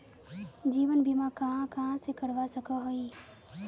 जीवन बीमा कहाँ कहाँ से करवा सकोहो ही?